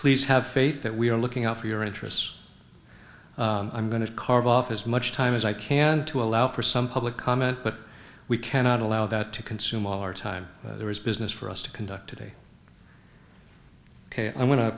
please have faith that we are looking out for your interests i'm going to carve off as much time as i can to allow for some public comment but we cannot allow that to consume all our time there is business for us to conduct